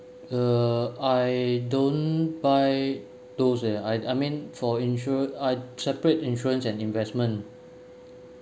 uh I don't buy those eh I I mean for insura~ I separate insurance and investment